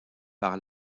par